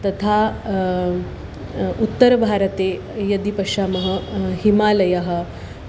तथा उत्तरभारते यदि पश्यामः हिमालयः